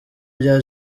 bya